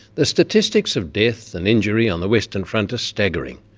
the statistics of death and injury on the western front are staggering,